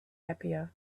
happier